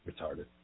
retarded